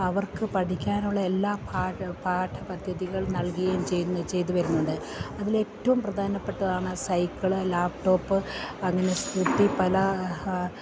അവർക്കു പഠിക്കാനുള്ള എല്ലാ പാഠ പദ്ധതികൾ നൽകുകയും ചെയ്തു വരുന്നുണ്ട് അതിലേറ്റവും പ്രധാനപ്പെട്ടതാണ് സൈക്കിള് ലാപ്പ്ടോപ്പ് അങ്ങനെ സ്കൂട്ടി പല